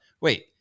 wait